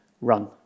run